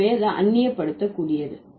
எனவே அது அந்நிய படுத்தக்கூடியது